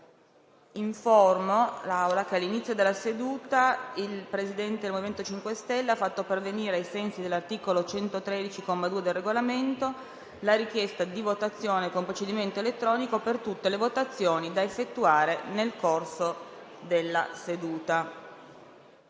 che all'inizio della seduta il Presidente del Gruppo MoVimento 5 Stelle ha fatto pervenire, ai sensi dell'articolo 113, comma 2, del Regolamento, la richiesta di votazione con procedimento elettronico per tutte le votazioni da effettuare nel corso della seduta.